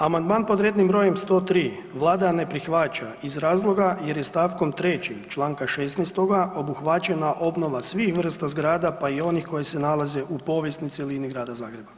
Amandman pod rednim brojem 103 Vlada ne prihvaća iz razloga jer je st. 3. čl. 16. obuhvaćena obnova svih vrsta zgrada pa i onih koji se nalaze u povijesnoj cjelini Grada Zagreba.